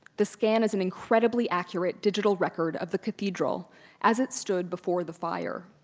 the scan is an incredibly accurate digital record of the cathedral as it stood before the fire.